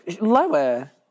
Lower